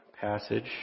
passage